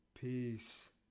Peace